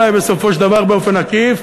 אולי בסופו של דבר באופן עקיף,